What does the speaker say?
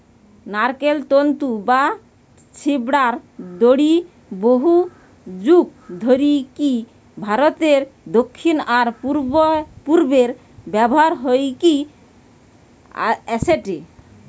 নারকেল তন্তু বা ছিবড়ার দড়ি বহুযুগ ধরিকি ভারতের দক্ষিণ আর পূর্ব রে ব্যবহার হইকি অ্যাসেটে